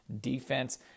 defense